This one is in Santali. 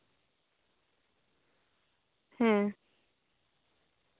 ᱦᱮᱸ